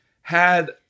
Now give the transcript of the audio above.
had-